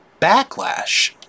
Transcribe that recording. backlash